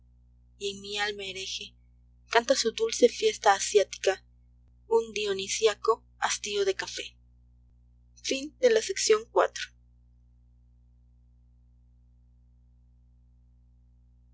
y en mi alma hereje canta su dulce fiesta asiática un dionisiaco hastio de café